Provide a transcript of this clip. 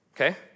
okay